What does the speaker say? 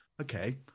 okay